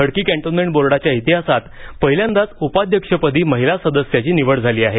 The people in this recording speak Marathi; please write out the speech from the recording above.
खडकी कँन्टोन्मेट बोर्डाच्या इतिहासात पहिल्यांदाच उपाध्यक्षपदी महिला सदस्याची निवड झाली आहे